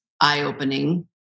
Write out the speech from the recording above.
eye-opening